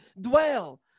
dwell